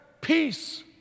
peace